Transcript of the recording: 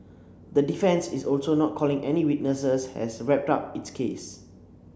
the defence is also not calling any witnesses has wrapped up its case